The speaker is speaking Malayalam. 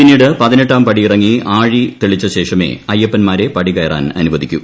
പിന്നീട് പതിനെട്ടാം പടിയിറങ്ങി ആഴി തെളിച്ചശേഷമേ അയ്യപ്പന്മാരെ പടികയറാൻ അനുവദിക്കൂ